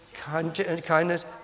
kindness